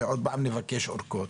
ועוד פעם נבקש אורכות.